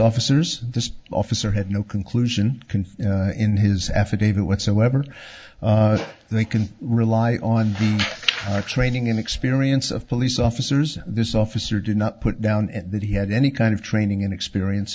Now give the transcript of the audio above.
officers the officer had no conclusion in his affidavit whatsoever and they can rely on the training and experience of lease officers this officer did not put down and that he had any kind of training and experience